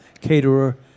caterer